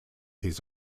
his